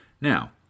Now